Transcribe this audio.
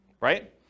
right